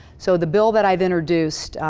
so, the bill that i've introduced,